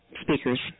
speakers